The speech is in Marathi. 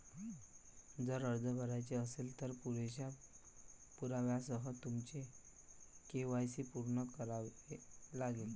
जर अर्ज भरायचा असेल, तर पुरेशा पुराव्यासह तुमचे के.वाय.सी पूर्ण करावे लागेल